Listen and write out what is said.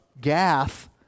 Gath